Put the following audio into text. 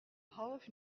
half